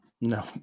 no